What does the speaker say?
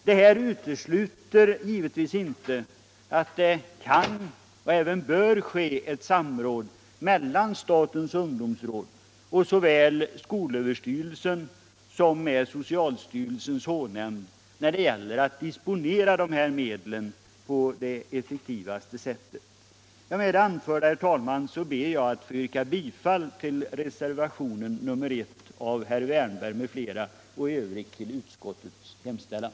Det här utesluter givetvis inte att det kan och även bör ske ett samråd mellan statens ungdomsråd och såväl skolöverstyrelsen som socialstyrelsens H-nämnd då det gäller att disponera medlen på det effektivaste sättet. Med det anförda, herr talman, ber jag att få yrka bifall till reservationen 1 av herr Wärnberg m.fl. och i övrigt till utskottets hemställan.